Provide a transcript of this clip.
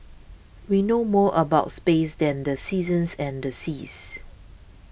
we know more about space than the seasons and the seas